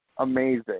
Amazing